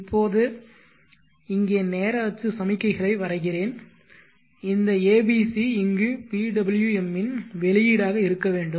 இப்போது இங்கே நேர அச்சு சமிக்ஞைகளை வரைகிறேன் இந்த abc இங்கு PWM இன் வெளியீடாக இருக்க வேண்டும்